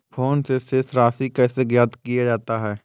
Phone से शेष राशि कैसे ज्ञात किया जाता है?